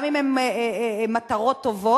גם אם הם מטרות טובות.